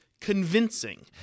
Convincing